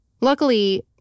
Luckily